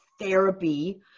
therapy